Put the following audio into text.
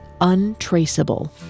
untraceable